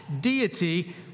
deity